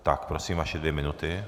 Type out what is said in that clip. Tak prosím, vaše dvě minuty.